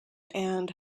and